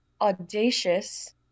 audacious